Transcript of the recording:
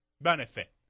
benefit